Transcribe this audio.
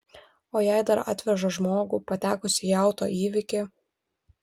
o jei dar atveža žmogų patekusį į auto įvykį